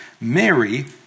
Mary